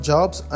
Jobs